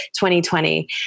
2020